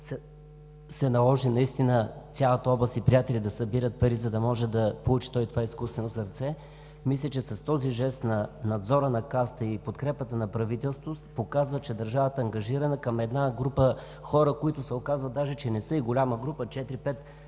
се наложи наистина цялата област и приятели да събират пари, за да може да получи това изкуствено сърце. Мисля че, с този жест на Надзора на Касата и подкрепата на правителството се показва, че държавата е ангажирана към една група хора, които се оказва даже, че не са и голяма група – 4-5